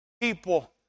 people